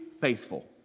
faithful